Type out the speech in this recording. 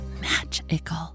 magical